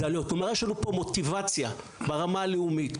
יש לנו פה מוטיבציה ברמה הלאומית,